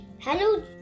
Hello